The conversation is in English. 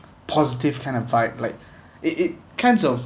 positive kind of fight like it it kinds of